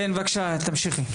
בבקשה, תמשיכי.